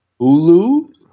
Hulu